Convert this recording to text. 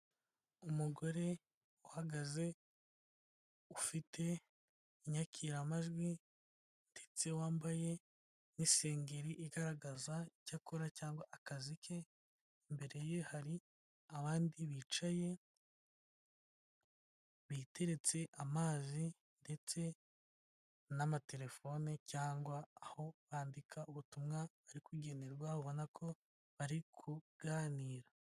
Umugore uhagaze ufite inyakiramajwi ndetse wambaye n'isengeri igaragaza icyo akora cyangwa akazi ke, imbere ye hari abandi bicaye biteretse amazi ndetse n'amatelefone cyangwa aho bandika ubutumwa barikugenerwa ubona ko bari kuganira.